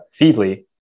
Feedly